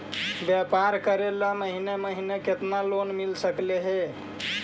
व्यापार करेल महिने महिने केतना तक लोन मिल सकले हे?